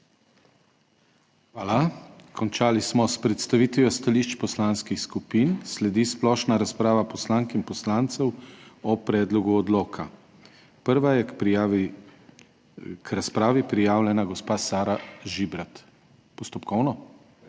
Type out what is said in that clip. Hvala. Končali smo s predstavitvijo stališč poslanskih skupin. Sledi splošna razprava poslank in poslancev o predlogu odloka. Prva je k prijavi k razpravi prijavljena gospa Sara Žibrat. Postopkovno?